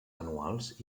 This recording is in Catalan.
anuals